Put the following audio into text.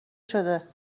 شده